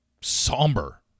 somber